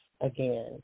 again